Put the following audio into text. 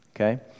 okay